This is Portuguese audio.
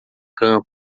campo